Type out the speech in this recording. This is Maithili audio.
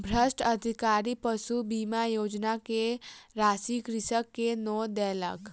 भ्रष्ट अधिकारी पशु बीमा योजना के राशि कृषक के नै देलक